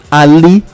ali